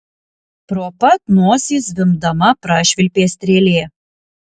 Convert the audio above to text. pro pat nosį zvimbdama prašvilpė strėlė